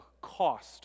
cost